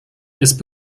ist